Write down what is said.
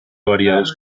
variados